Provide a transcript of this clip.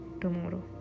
tomorrow